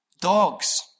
dogs